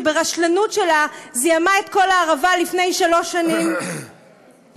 ברשלנות שלה זיהמה את כל הערבה לפני שלוש שנים בשביל